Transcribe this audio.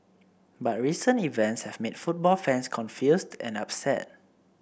but recent events have made football fans confused and upset